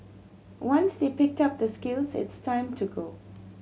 once they pick up the skills it's time to go